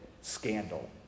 scandal